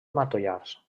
matollars